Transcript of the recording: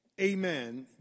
amen